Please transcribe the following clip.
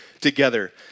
together